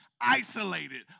isolated